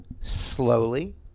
slowly